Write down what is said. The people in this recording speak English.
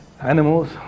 animals